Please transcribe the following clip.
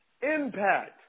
impact